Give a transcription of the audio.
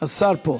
השר פה.